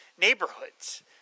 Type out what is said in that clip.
neighborhoods